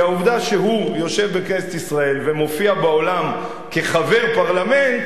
כי העובדה שהוא יושב בכנסת ישראל ומופיע בעולם כחבר פרלמנט